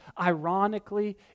ironically